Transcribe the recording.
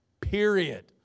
period